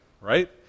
Right